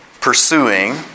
pursuing